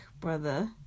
brother